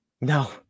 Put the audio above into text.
No